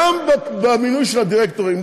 גם במינוי של הדירקטורים,